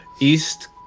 East